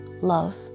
love